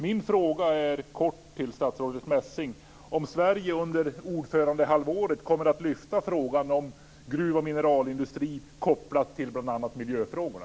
Min fråga är helt kort om Sverige under ordförandehalvåret kommer att lyfta frågan om gruv och mineralindustrin; detta kopplat bl.a. till miljöfrågorna.